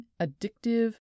addictive